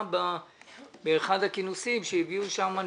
באחד הכינוסים שהביאו שם,